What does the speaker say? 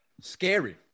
Scary